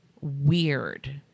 weird